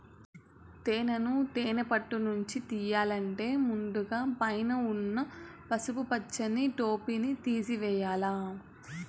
తేనెను తేనె పెట్టలనుంచి తియ్యల్లంటే ముందుగ పైన ఉన్న పసుపు పచ్చని టోపిని తేసివేయల్ల